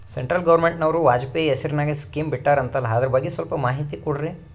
Central ಗವರ್ನಮೆಂಟನವರು ವಾಜಪೇಯಿ ಹೇಸಿರಿನಾಗ್ಯಾ scheme ಬಿಟ್ಟಾರಂತಲ್ಲ ಅದರ ಬಗ್ಗೆ ಸ್ವಲ್ಪ ಮಾಹಿತಿ ಕೊಡ್ರಿ?